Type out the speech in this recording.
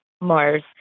Mars